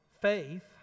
faith